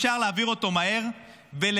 אפשר להעביר אותו מהר ולוודא,